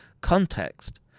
context